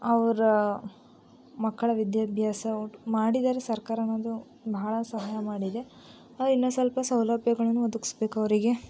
ಅವರ ಮಕ್ಕಳ ವಿದ್ಯಾಭ್ಯಾಸ ಒಟ್ಟು ಮಾಡಿದರೆ ಸರ್ಕಾರ ಅನ್ನೊದು ಭಾಳ ಸಹಾಯ ಮಾಡಿದೆ ಆದ್ರೆ ಇನ್ನು ಸ್ವಲ್ಪ ಸೌಲಭ್ಯಗಳನು ಒದಗಿಸ್ಬೇಕ್ ಅವರಿಗೆ